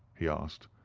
he asked.